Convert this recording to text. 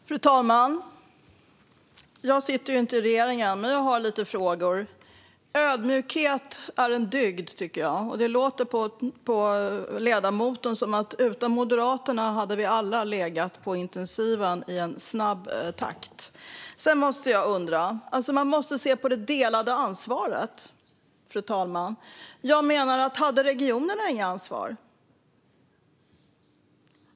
Fru talman! Jag sitter inte i regeringen men har ändå lite frågor. Ödmjukhet är en dygd, tycker jag. Det låter på ledamoten som att utan Moderaterna hade vi alla i snabb takt hamnat på intensiven. Fru talman! Man måste se det delade ansvaret. Hade regionerna inget ansvar?